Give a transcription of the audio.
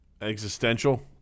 existential